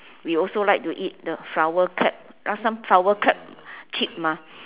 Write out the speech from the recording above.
we also like to eat the flower crab last time flower crab cheap mah